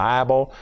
Bible